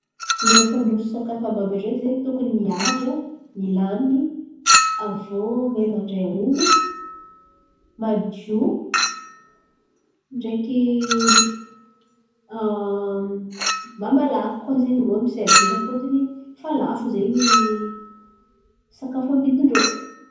Irô mpandroso sakafo àby àby io ndraiky zen̈y. Tokony mihaja, milamin̈y, aviô mahay mandray olo, madio ndraiky, mbala malaky koa zen̈y rô miserivira fôtiny fa lafo zen̈y sakafo ambidin-drô.